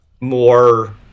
more